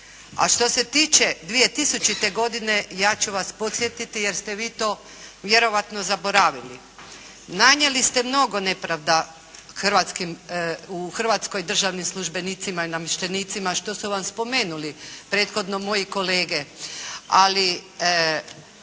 A što se tiče 2000. godine ja ću vas podsjetiti jer ste vi to vjerojatno zaboravili. Nanijeli ste mnogo nepravda u Hrvatskoj državnim službenicima i namještenicima što su vam spomenuli prethodno moji kolege, ali